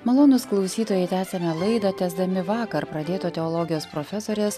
malonūs klausytojai tęsiame laidą tęsdami vakar pradėto teologijos profesorės